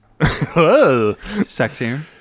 Sexier